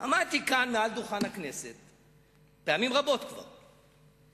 עמדתי פעמים רבות כאן,